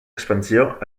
expansió